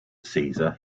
caesar